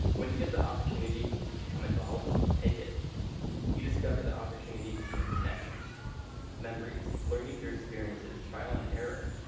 when you get the opportunity to become involved. take it you discover the opportunity to make connections memories learning through experiences trial and error.